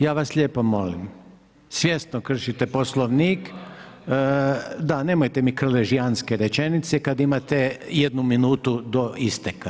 Ja vas lijepo molim, svjesno kršite Poslovnika, da nemojte mi krlžijanske rečenice, kada imate jednu minutu do isteka.